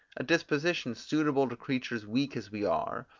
a disposition suitable to creatures weak as we are,